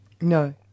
No